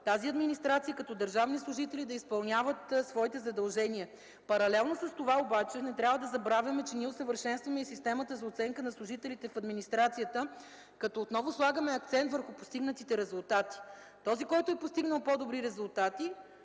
са в администрацията като държавни служители, да изпълняват своите задължения. Паралелно с това не трябва да забравяме, че ние усъвършенстваме и системата за оценка на служителите в администрацията, като отново слагаме акцент върху постигнатите резултати. Този, който е постигнал по-добри резултати,